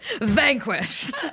Vanquished